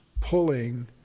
pulling